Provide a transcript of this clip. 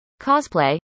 cosplay